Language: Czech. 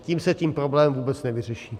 Tím se ten problém vůbec nevyřeší.